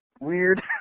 weird